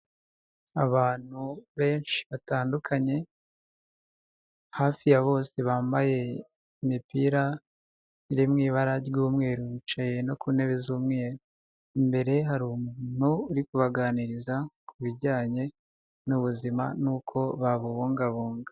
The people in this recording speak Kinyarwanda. Abantu benshi batandukanye, hafi ya bose bambaye imipira iri mu ibara ry'umweru, bicaye no ku ntebe z'umweru. Imbere hari umuntu uri kubaganiriza ku bijyanye n'ubuzima, n'uko babubungabunga.